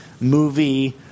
movie